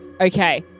Okay